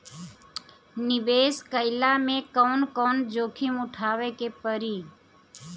निवेस कईला मे कउन कउन जोखिम उठावे के परि?